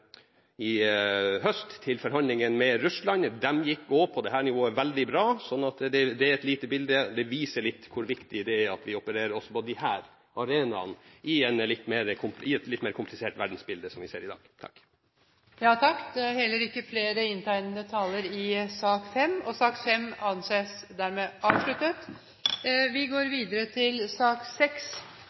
i høst til forhandlingene med Russland. De gikk også på dette nivået veldig bra. Det viser litt hvor viktig det er at vi opererer også på disse arenaene, i det litt mer kompliserte verdensbildet som vi ser i dag. Flere har ikke bedt om ordet til sak